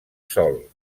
sol